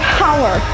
power